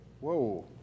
whoa